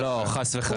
לא, חס וחלילה.